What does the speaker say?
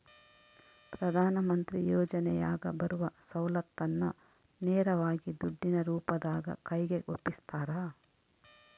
ಪ್ರಧಾನ ಮಂತ್ರಿ ಯೋಜನೆಯಾಗ ಬರುವ ಸೌಲತ್ತನ್ನ ನೇರವಾಗಿ ದುಡ್ಡಿನ ರೂಪದಾಗ ಕೈಗೆ ಒಪ್ಪಿಸ್ತಾರ?